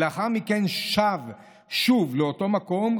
לאחר מכן הוא שב שוב לאותו מקום,